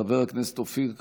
חבר הכנסת אופיר כץ,